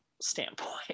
standpoint